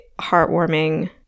heartwarming